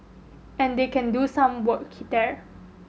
and they can do some work there